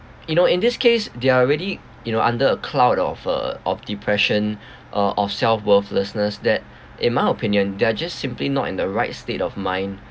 you know in this case they're already you know under a cloud of uh of depression uh of self worthlessness that in my opinion they're just simply not in the right state of mind